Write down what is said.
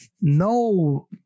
No